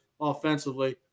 offensively